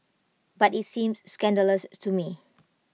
but IT seems scandalous to me